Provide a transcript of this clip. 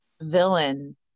villain